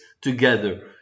together